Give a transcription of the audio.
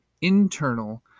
internal